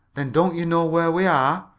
then don't you know where we are?